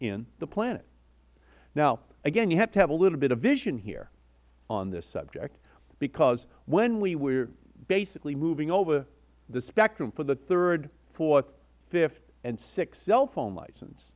in the planet now again you have to have a little bit of vision here on this subject because when we were basically moving over the spectrum for the third fourth fifth and sixth cellphone license